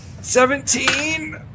Seventeen